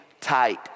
Tight